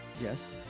Yes